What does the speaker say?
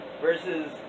versus